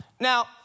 Now